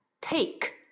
Take